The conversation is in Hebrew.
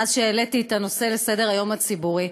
מאז העליתי את הנושא לסדר-היום הציבורי.